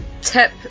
tip